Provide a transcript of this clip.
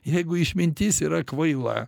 jeigu išmintis yra kvaila